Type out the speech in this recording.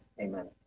Amen